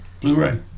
Blu-ray